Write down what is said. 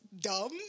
dumb